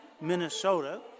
Minnesota